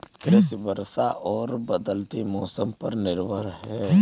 कृषि वर्षा और बदलते मौसम पर निर्भर है